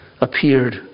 Appeared